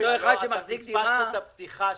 אותו אחד שמחזיק דירה --- פספסת את הפתיחה,